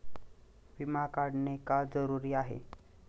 विमा काढणे का जरुरी आहे?